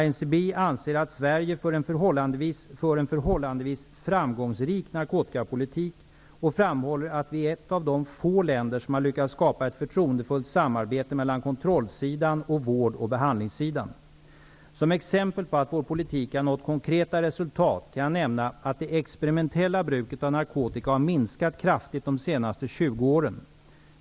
INCB anser att Sverige för en förhållandevis framgångsrik narkotikapolitik och framhåller att vi är ett av de få länder som har lyckats skapa ett förtroendefullt samarbete mellan kontrollsidan och vård och behandlingssidan. Som exempel på att vår politik har nått konkreta resultat kan jag nämna att det experimentella bruket av narkotika har minskat kraftigt de senaste tjugo åren.